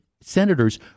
senators